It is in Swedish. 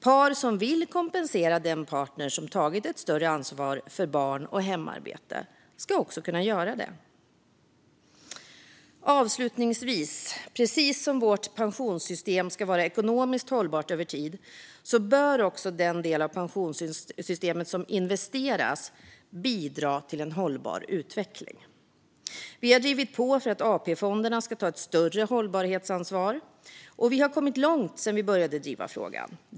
Par som vill kompensera den partner som tagit ett större ansvar för barn och hemarbete ska också kunna göra det. Precis som vårt pensionssystem ska vara ekonomiskt hållbart över tid bör också den del av pensionssystemet som investeras bidra till en hållbar utveckling. Vi har drivit på för att AP-fonderna ska ta ett större hållbarhetsansvar, och vi har kommit långt sedan vi började driva frågan.